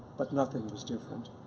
but nothing was different.